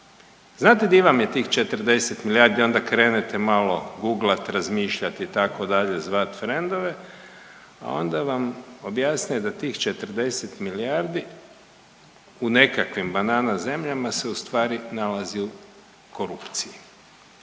Znate di vam je tih 40 milijardi? Onda krenete malo guglat, razmišljati itd. zvat frendove, a onda vam objasne da tih 40 milijardi u nekakvim banana zemljama se ustvari nalazi u korupciji.